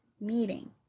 meeting